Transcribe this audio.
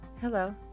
Hello